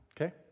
Okay